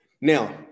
Now